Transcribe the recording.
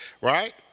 right